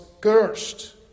cursed